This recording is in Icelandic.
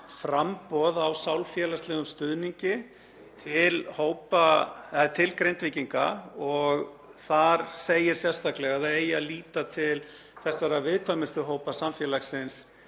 framboð á sálfélagslegum stuðningi til Grindvíkinga. Þar segir sérstaklega að líta eigi til þessara viðkvæmustu hópa samfélagsins